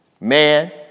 man